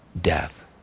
death